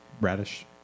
radish